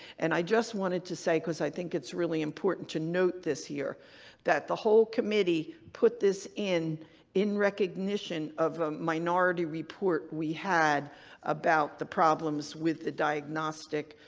and i just wanted to say, because i think it's really important to note this here that the whole committee put this in in recognition of a minority report we had about the problems with the diagnostic